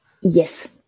yes